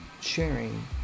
sharing